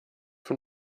von